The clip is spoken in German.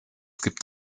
gibt